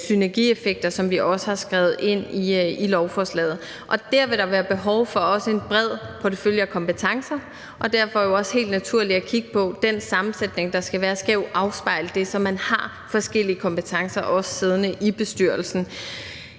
synergieffekter, som vi også har skrevet ind i lovforslaget. Der vil der være behov for også en bred portefølje af kompetencer, og derfor vil der helt naturligt også være behov for at kigge på den sammensætning, der skal være, som jo skal afspejle det, så man har forskellige kompetencer siddende i bestyrelsen.